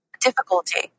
difficulty